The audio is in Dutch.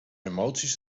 emoties